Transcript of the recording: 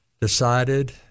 decided